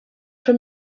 from